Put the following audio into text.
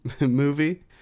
movie